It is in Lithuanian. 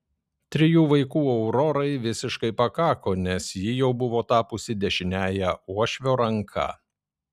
trijų vaikų aurorai visiškai pakako nes ji jau buvo tapusi dešiniąja uošvio ranka